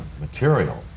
material